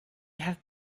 have